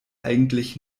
eigentlich